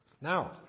Now